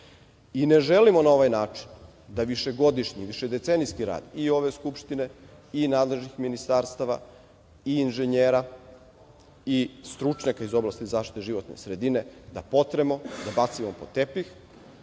želim na ovaj način da višegodišnji, višedecenijski rad i ove Skupštine i nadležnih ministarstava, i inženjera i stručnjaka iz oblasti zaštite životne sredine, da potremo i bacimo pod tepih,